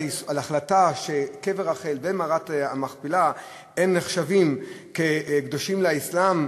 ההחלטה שקבר רחל ומערת המכפלה נחשבים קדושים לאסלאם,